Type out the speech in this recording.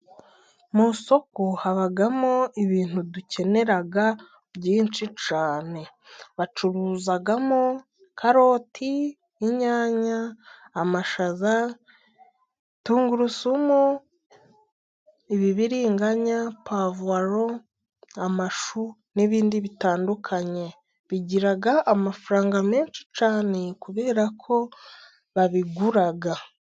Mu isoko habamo ibintu dukenera byinshi cyane bacuruzamo karoti, inyanya, amashaza, tungurusumu ibibiringanya, puwavuro, amashu n'ibindi bitandukanye bigira amafaranga menshi cyane kubera ko babigura.